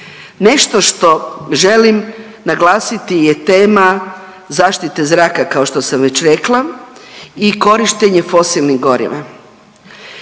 Nešto što želim naglasiti je tema zaštite zraka kao što sam već rekla i korištenje fosilnih goriva.